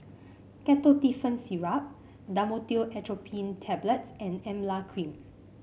Ketotifen Syrup Dhamotil Atropine Tablets and Emla Cream